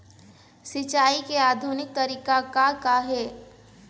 सिचाई के आधुनिक तरीका का का हे?